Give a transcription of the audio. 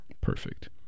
perfect